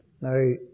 Now